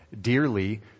dearly